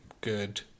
Good